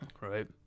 right